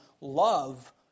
love